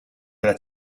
della